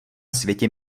světě